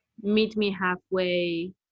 meet-me-halfway